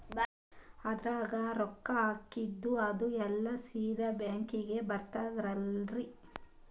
ಅದ್ರಗ ರೊಕ್ಕ ಹಾಕಿದ್ದು ಅದು ಎಲ್ಲಾ ಸೀದಾ ಬ್ಯಾಂಕಿಗಿ ಬರ್ತದಲ್ರಿ?